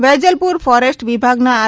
Vejalpur forest વિભાગના R